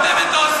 אפשר שאלה?